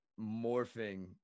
morphing